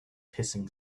hissing